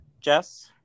Jess